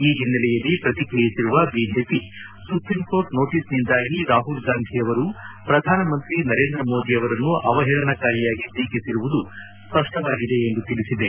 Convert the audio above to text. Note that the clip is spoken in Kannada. ಈ ಹಿನೈಲೆಯಲ್ಲಿ ಪ್ರತಿಕಿಯಿಸಿರುವ ಬಿಜೆಪಿ ಸುಪ್ರೀಂಕೋರ್ಟ್ ನೋಟಿಸ್ನಿಂದಾಗಿ ರಾಹುಲ್ ಗಾಂಧಿಯವರು ಪ್ರಧಾನಿ ಮೋದಿಯನ್ನು ಅವಹೇಳನಕಾರಿಯಾಗಿ ಟೀಕಿಸಿರುವುದು ಸ್ಪಷ್ಟವಾಗಿದೆ ಎಂದು ತಿಳಿಸಿದೆ